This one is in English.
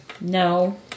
No